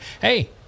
hey